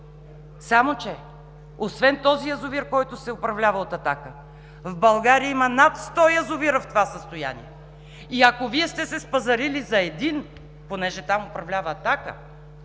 Само че, освен този язовир, който се управлява от „Атака“, в България има над 100 язовира в това състояние, и ако Вие сте се спазарили за един – понеже там управлява „Атака“,